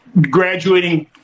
graduating